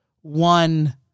one